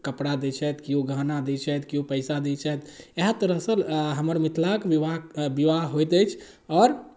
कपड़ा दै छथि किओ गहना दै छथि किओ पैसा दै छथि इएह तरहसँ हमर मिथिलाक विवाह विवाह होइत अछि आओर